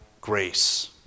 grace